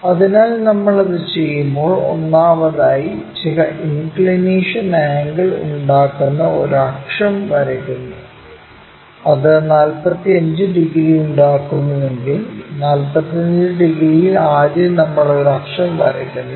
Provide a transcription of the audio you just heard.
അതിനാൽ നമ്മൾ അത് ചെയ്യുമ്പോൾ ഒന്നാമതായി ചില ഇൻക്ക്ളിനേഷൻ ആംഗിൾ ഉണ്ടാക്കുന്ന ഒരു അക്ഷം വരയ്ക്കുന്നു അത് 45 ഡിഗ്രി ഉണ്ടാക്കുന്നുവെങ്കിൽ 45 ഡിഗ്രിയിൽ ആദ്യം നമ്മൾ ഒരു അക്ഷം വരയ്ക്കുന്നു